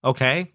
Okay